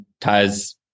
ties